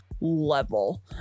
level